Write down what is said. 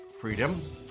freedom